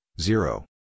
zero